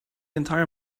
entire